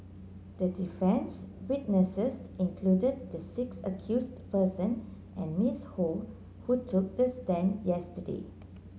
the defence witnesses included the six accused person and Miss Ho who took the stand yesterday